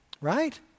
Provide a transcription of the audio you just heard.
right